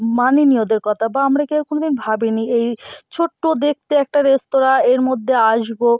মানিনি ওদের কথা বা আমরা কেউ কোনো দিন ভাবিনি এই ছোট্টো দেখতে একটা রেস্তোরাঁ এর মধ্যে আসবো